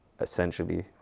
essentially